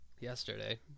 Yesterday